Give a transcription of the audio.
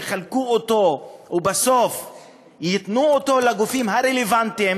יחלקו אותם ובסוף ייתנו אותם לגופים הרלוונטיים,